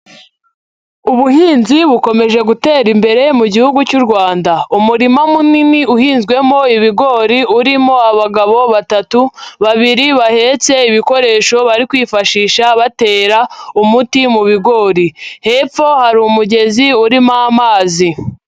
Ubuhinzi bukomeje gutera imbere mu gihugu cy'u Rwanda, umurima munini uhinzwemo ibigori, urimo abagabo batatu, babiri bahetse ibikoresho bari kwifashisha batera umuti mu bigori, hepfo hari umugezi urimo amazi.